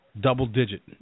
double-digit